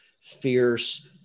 fierce